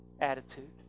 attitude